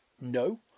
No